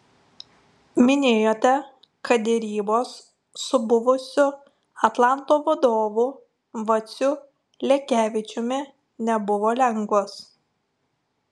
minėjote kad derybos su buvusiu atlanto vadovu vaciu lekevičiumi nebuvo lengvos